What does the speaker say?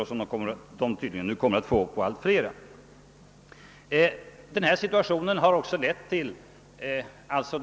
Nu kommer det tydligen att uppstå överskott på allt fler produkter.